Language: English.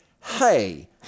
hey